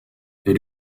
elle